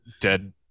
dead